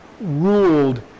ruled